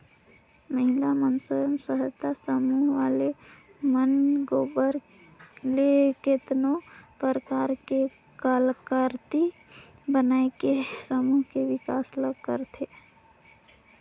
महिला स्व सहायता समूह वाले मन गोबर ले केतनो परकार के कलाकृति बनायके समूह के बिकास ल करथे